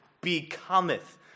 becometh